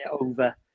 over